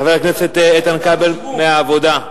חבר הכנסת איתן כבל מהעבודה.